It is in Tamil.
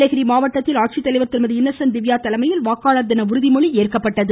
நீலகிரி மாவட்டத்தில் ஆட்சித்தலைவர் திருமதி இன்னசண்ட் திவ்யா தலைமையில் வாக்காளர் தின உறுதிமொழி ஏற்கப்பட்டது